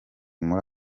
muri